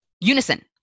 unison